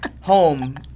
home